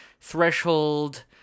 threshold